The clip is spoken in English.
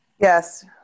Yes